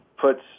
puts